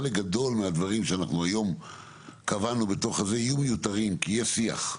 חלק גדול מהדברים שקבענו בתוך זה יהיו מיותרים כי יהיה שיח.